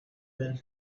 bell